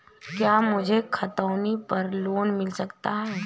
क्या मुझे खतौनी पर लोन मिल सकता है?